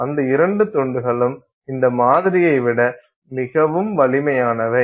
அந்த இரண்டு துண்டுகளும் இந்த மாதிரியை விட மிகவும் வலிமையானவை